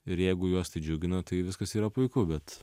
ir jeigu juos tai džiugina tai viskas yra puiku bet